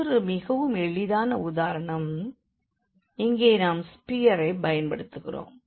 மற்றொரு மிகவும் எளிதான உதாரணம் இங்கே நாம் ஸ்பியரைப் பயன்படுத்துகின்றோம்